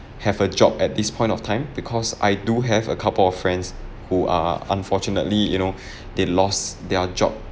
have a job at this point of time because I do have a couple of friends who are unfortunately you know they lost their job